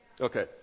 Okay